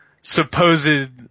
supposed